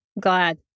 glad